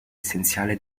essenziale